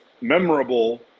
memorable